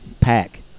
pack